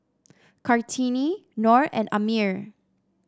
Kartini Nor and Ammir